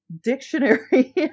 dictionary